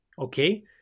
okay